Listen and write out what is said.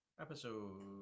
Episode